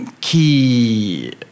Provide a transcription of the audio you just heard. key